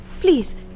Please